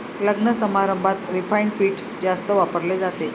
लग्नसमारंभात रिफाइंड पीठ जास्त वापरले जाते